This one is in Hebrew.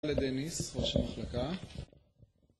תודה לדניס ראש המחלקה